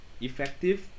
effective